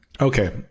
Okay